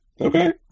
Okay